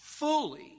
Fully